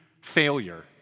failure